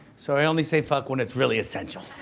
so, i only say fuck when it's really essential,